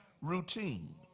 routine